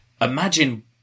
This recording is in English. imagine